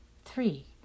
three